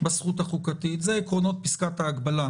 בזכות החוקתית זה עקרונות פסקת ההגבלה,